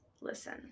listen